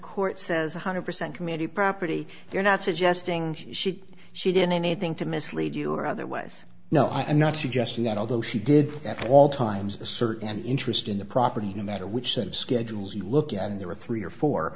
court says one hundred percent committee property you're not suggesting she she did anything to mislead you or otherwise no i'm not suggesting that although she did at all times assert an interest in the property no matter which sent schedules you look at and there were three or four